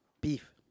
Beef